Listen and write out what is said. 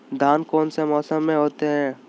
धान कौन सा मौसम में होते है?